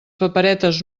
paperetes